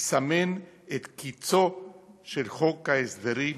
יסמן את קצו של חוק ההסדרים